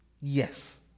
Yes